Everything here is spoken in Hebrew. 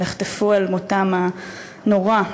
אל מותם הנורא.